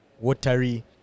watery